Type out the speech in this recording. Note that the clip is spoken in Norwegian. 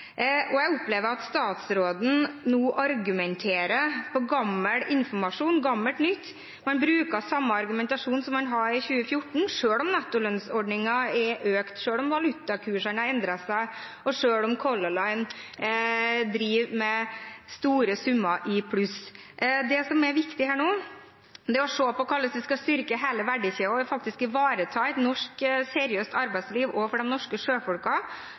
Jeg opplever at statsråden nå argumenterer på bakgrunn av gammel informasjon og gammelt nytt. Man bruker den samme argumentasjonen som man hadde i 2014, selv om nettolønnsordningen har økt, selv om valutakursene har endret seg, og selv om Color Line driver med store summer i pluss. Det som er viktig nå, er å se på hvordan vi skal styrke hele verdikjeden og ivareta et seriøst norsk arbeidsliv også for de norske